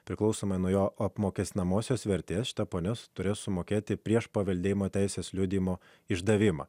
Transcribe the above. priklausomai nuo jo apmokestinamosios vertės ponios turės sumokėti prieš paveldėjimo teisės liudijimo išdavimą